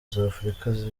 z’afurika